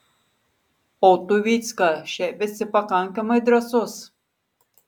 o tu vycka šiaip esi pakankamai drąsus